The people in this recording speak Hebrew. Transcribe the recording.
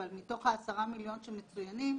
אבל מתוך עשרה המיליון שמצוינים,